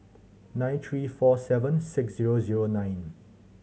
nine three four seven six zero zero nine